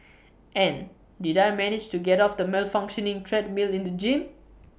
and did I manage to get off the malfunctioning treadmill in the gym